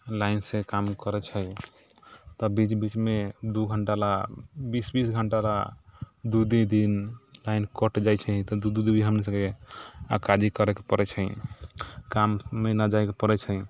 लाइनसँ काम करै छै तऽ बीच बीचमे दू घण्टालए बीस बीस घण्टालए दू दू दिन लाइन कटि जाइ छै तऽ दू दू दिन हमसबके अकाजी करैके पड़ै छै काममे नहि जाइके पड़ै छै